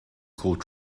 called